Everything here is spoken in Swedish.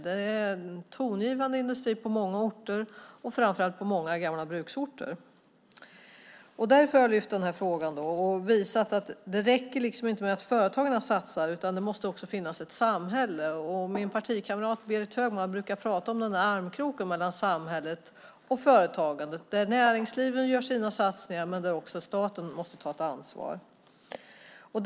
Det är en tongivande industri på många orter, framför allt på många gamla bruksorter. Därför har jag lyft upp den här frågan och visat att det inte räcker med att företagen satsar, utan det måste också finnas ett samhälle. Min partikamrat Berit Högman brukar prata om armkroken mellan samhället och företagandet där näringslivet gör sina satsningar men där också staten måste ta ett ansvar. Herr talman!